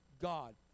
God